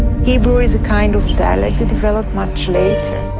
hebrew is a kind of dialect developed much later.